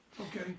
Okay